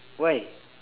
why